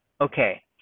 okay